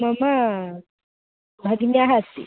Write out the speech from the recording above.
मम भगिन्याः अस्ति